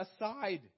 aside